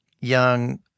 young